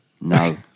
no